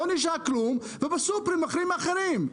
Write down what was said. לא נשאר כלום ובסופרים המחירים אחרים.